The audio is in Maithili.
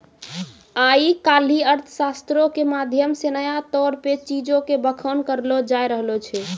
आइ काल्हि अर्थशास्त्रो के माध्यम से नया तौर पे चीजो के बखान करलो जाय रहलो छै